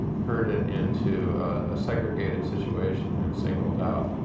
herded into a segregated situation and singled out.